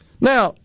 Now